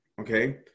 okay